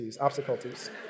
obstacles